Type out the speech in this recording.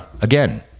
again